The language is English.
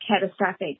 catastrophic